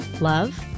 love